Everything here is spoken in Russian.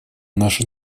наша